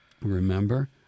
remember